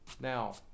Now